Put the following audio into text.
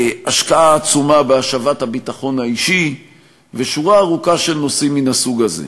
השקעה עצומה בהשבת הביטחון האישי ושורה ארוכה של נושאים מן הסוג הזה.